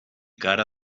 cara